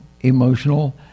emotional